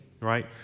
right